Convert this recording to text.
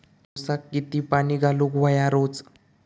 ऊसाक किती पाणी घालूक व्हया रोज?